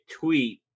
tweet